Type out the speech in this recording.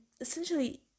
essentially